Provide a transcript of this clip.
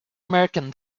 american